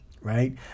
right